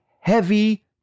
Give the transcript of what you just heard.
heavy